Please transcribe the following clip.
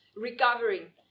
recovering